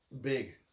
big